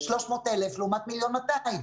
300,000 לעומת 1.2 מיליון,